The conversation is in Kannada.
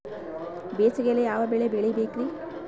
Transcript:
ಬೇಸಿಗೆಯಲ್ಲಿ ಯಾವ ಬೆಳೆ ಬೆಳಿಬೇಕ್ರಿ?